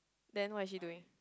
then what is she doing